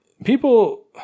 People